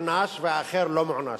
מוענש והאחר לא מוענש,